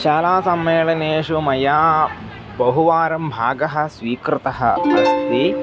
शालासम्मेलनेषु मया बहुवारं भागः स्वीकृतः अस्ति